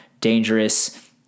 dangerous